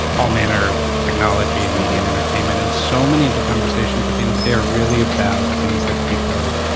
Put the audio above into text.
all manner of technology and media and entertainment, and so many of the conversations at the end of the day are really about things that people,